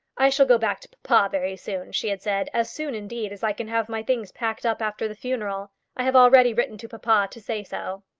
i shall go back to papa very soon, she had said, as soon, indeed, as i can have my things packed up after the funeral. i have already written to papa to say so.